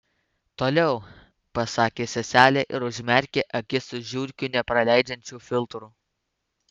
toliau pasakė seselė ir užmerkė akis už žiurkių nepraleidžiančių filtrų